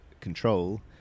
control